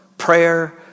prayer